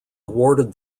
awarded